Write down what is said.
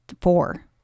four